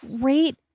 great